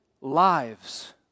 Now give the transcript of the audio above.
lives